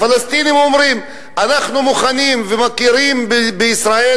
הפלסטינים אומרים: אנחנו מוכנים ומכירים בישראל